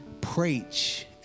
preach